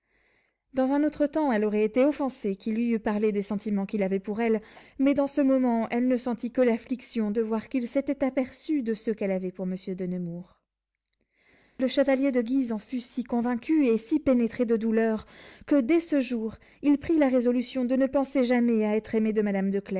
dans un autre temps elle aurait été offensée qu'il lui eût parlé des sentiments qu'il avait pour elle mais dans ce moment elle ne sentit que l'affliction de voir qu'il s'était aperçu de ceux qu'elle avait pour monsieur de nemours le chevalier de guise en fut si convaincu et si pénétré de douleur que dès ce jour il prit la résolution de ne penser jamais à être aimé de madame